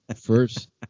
First